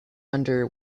under